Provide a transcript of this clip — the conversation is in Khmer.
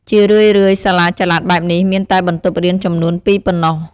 ជារឿយៗ សាលាចល័តបែបនេះមានតែបន្ទប់រៀនចំនួន ២ ប៉ុណ្ណោះ។